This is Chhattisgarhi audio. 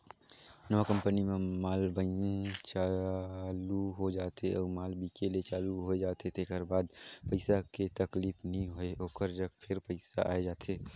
नवा कंपनी म माल बइन चालू हो जाथे अउ माल बिके ले चालू होए जाथे तेकर बाद पइसा के तकलीफ नी होय ओकर जग फेर पइसा आए जाथे